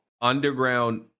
Underground